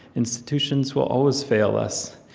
institutions will always fail us.